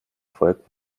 volk